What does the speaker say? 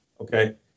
Okay